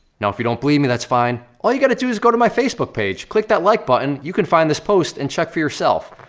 now if you don't believe me, that's fine. all you gotta do is go to my facebook page, click that like button, you can find this post and check for yourself.